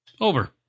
Over